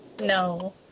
No